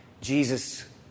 Jesus